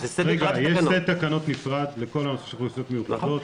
יש סט תקנות נפרד לכל הנושא של אוכלוסיות מיוחדות.